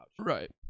Right